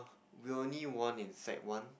we only won in sec one